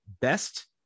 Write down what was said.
best